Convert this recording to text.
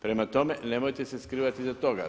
Prema tome, nemojte se skrivati iza toga.